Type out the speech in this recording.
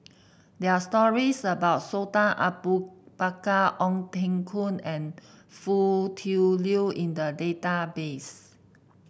there are stories about Sultan Abu Bakar Ong Teng Koon and Foo Tui Liew in the database